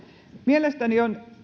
mielestäni on